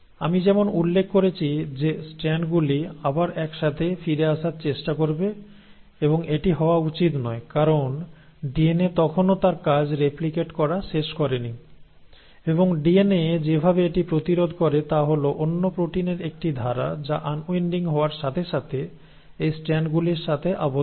আমি যেমন উল্লেখ করেছি যে স্ট্র্যান্ডগুলি আবার একসাথে ফিরে আসার চেষ্টা করবে এবং এটি হওয়া উচিত নয় কারণ ডিএনএ তখনো তার কাজ রেপ্লিকেট করা শেষ করেনি এবং ডিএনএ যেভাবে এটি প্রতিরোধ করে তা হল অন্য প্রোটিনের একটি ধারা যা আনউইন্ডিং হওয়ার সাথে সাথে এই স্ট্যান্ডগুলির সাথে আবদ্ধ হয়